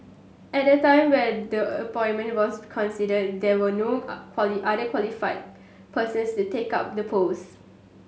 at the time when the appointment was considered there were no other qualified persons to take up the post